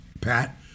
Pat